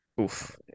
Oof